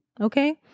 okay